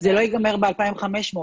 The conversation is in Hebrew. זה לא ייגמר ב-2,500,